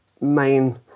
main